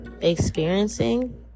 experiencing